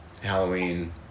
Halloween